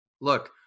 look